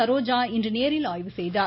சரோஜா இன்று நேரில் ஆய்வு செய்தார்